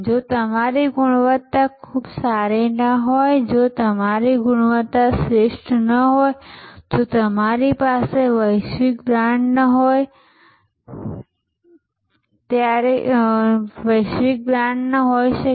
જો તમારી ગુણવત્તા ખૂબ સારી ન હોય જો તમારી ગુણવત્તા શ્રેષ્ઠ ન હોય તો તમારી પાસે વૈશ્વિક બ્રાન્ડ ન હોઈ શકે